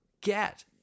get